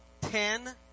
ten